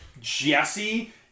Jesse